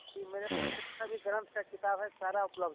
तीन बजे किताब है सारा उपलब्ध है